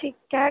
क्या